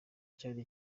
cyari